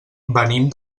venim